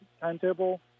timetable